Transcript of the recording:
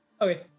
okay